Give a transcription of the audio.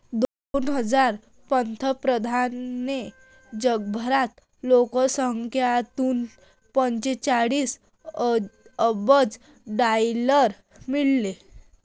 दोन हजार पंधरामध्ये जगभर लोकसहकार्यातून पंचेचाळीस अब्ज डॉलर मिळाले